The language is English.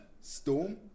Storm